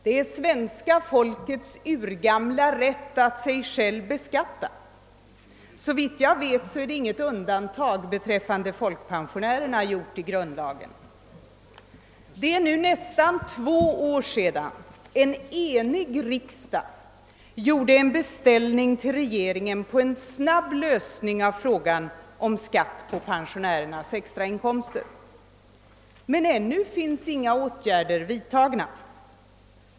Det är svenska folkets urgamla rätt att sig beskatta, och såvitt jag vet har det inte i grundlagen skett något undantag för folkpensionärerna. För nästan två år sedan gjorde en enig riksdag en beställning hos regeringen på en snabb lösning av frågan om skatt på pensionärernas extra inkomster, men ännu har inga åtgärder vidtagits.